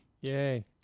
Yay